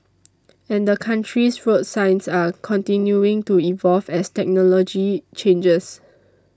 and the country's road signs are continuing to evolve as technology changes